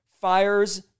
fires